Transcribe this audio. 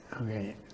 Okay